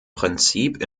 prinzip